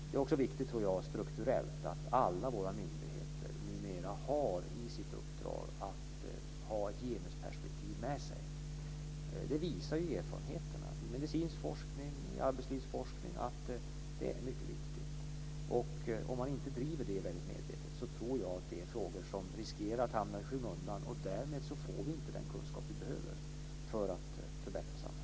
Det är också viktigt strukturellt, tror jag, att alla våra myndigheter numera i sitt uppdrag har att ha ett genusperspektiv med sig. Erfarenheterna i medicinsk forskning och i arbetslivsforskning visar att det är mycket viktigt. Om man inte driver dessa frågor väldigt medvetet tror jag att de riskerar att hamna i skymundan, och därmed får vi inte den kunskap vi behöver för att förbättra samhället.